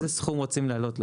איזה סכום רוצים להעלות?